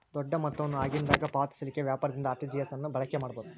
ದೊಡ್ಡ ಮೊತ್ತವನ್ನು ಆಗಿಂದಾಗ ಪಾವತಿಸಲಿಕ್ಕೆ ವ್ಯಾಪಾರದಿಂದ ಆರ್.ಟಿ.ಜಿ.ಎಸ್ ಅನ್ನ ಬಳಕೆ ಮಾಡಬಹುದು